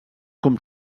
com